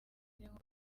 nk’uko